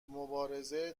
مبارزه